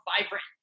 vibrant